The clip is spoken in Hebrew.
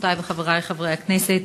חברותי וחברי חברי הכנסת,